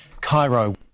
cairo